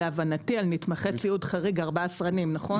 להבנתי, על נתמכי ציוד חריג ארבעה סרנים, נכון?